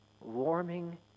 warming